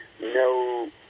no